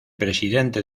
presidente